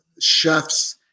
chefs